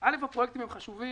א', הפרויקטים חשובים.